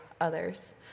others